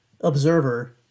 observer